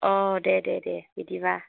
औ दे दे दे बिदिबा